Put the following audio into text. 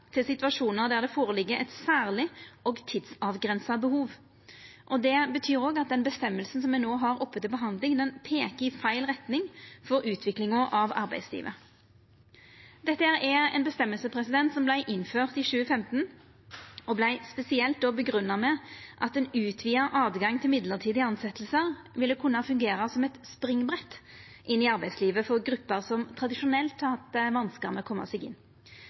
til situasjonar der det ligg føre eit særleg og tidsavgrensa behov. Det betyr òg at den bestemminga som me no har oppe til behandling, peiker i feil retning for utviklinga av arbeidslivet. Dette er ei bestemming som vart innført i 2015, og ho vart då spesielt grunngjeven med at ein utvida åtgang til mellombelse tilsetjingar ville kunna fungera som eit springbrett inn i arbeidslivet for grupper som tradisjonelt har hatt vanskar med å koma seg inn.